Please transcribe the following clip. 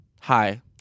Hi